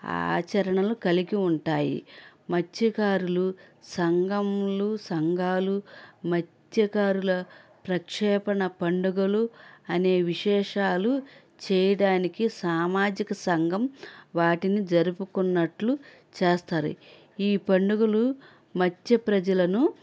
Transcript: ఆచరణలు కలిగి ఉంటాయి మత్స్యకారులు సంఘములు సంఘాలు మత్స్యకారుల ప్రక్షేపణ పండుగలు అనే విశేషాలు చేయడానికి సామాజిక సంఘం వాటిని జరుపుకున్నట్లు చేస్తారు ఈ పండుగలు మత్స్య ప్రజలను